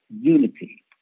unity